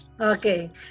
Okay